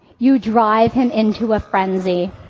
you drive him into a frenzy